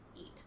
eat